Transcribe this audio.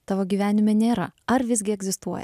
tavo gyvenime nėra ar visgi egzistuoja